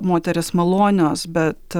moterys malonios bet